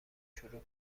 شروع